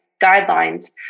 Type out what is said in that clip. guidelines